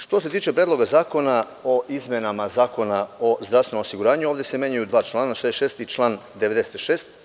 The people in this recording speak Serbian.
Što se tiče Predloga zakona o izmenama Zakona o zdravstvenom osiguranju, ovde se menjaju dva člana: 66. i član 96.